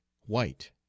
white